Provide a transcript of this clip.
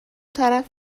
طرف